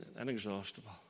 Inexhaustible